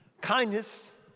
Kindness